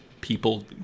people